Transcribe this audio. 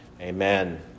Amen